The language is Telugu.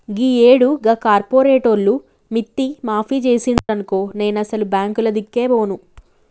గీయేడు గా కార్పోరేటోళ్లు మిత్తి మాఫి జేసిండ్రనుకో నేనసలు బాంకులదిక్కే బోను